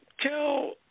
tell